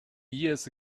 years